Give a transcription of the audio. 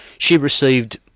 she received,